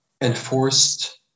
enforced